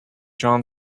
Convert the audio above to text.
jon